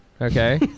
okay